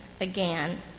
again